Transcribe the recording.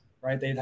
right